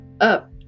up